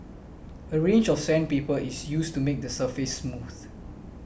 a range of sandpaper is used to make the surface smooth